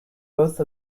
both